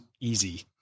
easy